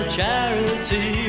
charity